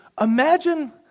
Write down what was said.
Imagine